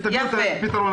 תביאו את הפתרון אתם.